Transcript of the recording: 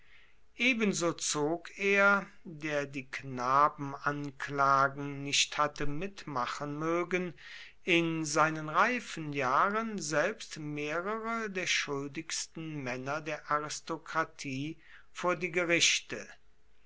ebenso zog er der die knabenanklagen nicht hatte mitmachen mögen in seinen reifen jahren selbst mehrere der schuldigsten männer der aristokratie vor die gerichte